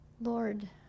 Lord